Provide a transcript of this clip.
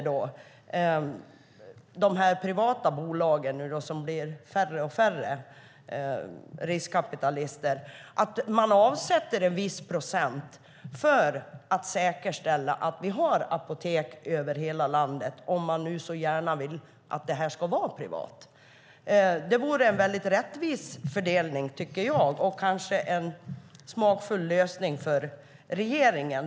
De privata bolagen som ägs av riskkapitalister blir allt färre. Man avsätter en viss procent för att säkerställa att vi har apotek över hela landet, om man nu så gärna vill att det ska vara privat. Det vore en mycket rättvis fördelning och kanske en smakfull lösning för regeringen.